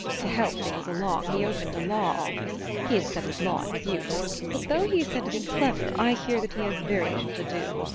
to help things along he opened a law office he had studied law in his youth but though he is said to be clever i hear that he has very little to do.